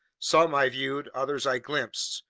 some i viewed, others i glimpsed,